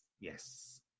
Yes